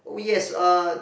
oh yes uh